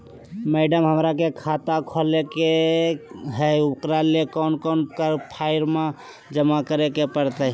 Madam, हमरा के खाता खोले के है उकरा ले कौन कौन फारम जमा करे परते?